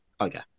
Okay